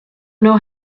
know